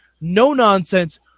no-nonsense